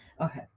okay